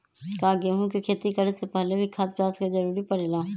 का गेहूं के खेती करे से पहले भी खाद्य पदार्थ के जरूरी परे ले?